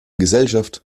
gesellschaft